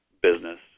business